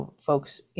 folks